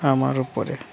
আমার উপরে